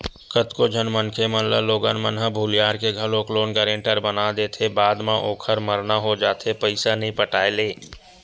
कतको झन मनखे मन ल लोगन मन ह भुलियार के घलोक लोन गारेंटर बना देथे बाद म ओखर मरना हो जाथे पइसा नइ पटाय ले